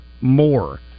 more